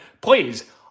Please